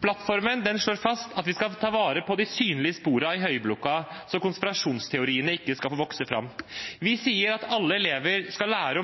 Plattformen slår fast at vi skal ta vare på de synlige sporene i Høyblokka, så konspirasjonsteoriene ikke skal få vokse fram. Vi sier at alle elever skal lære om